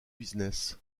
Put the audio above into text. business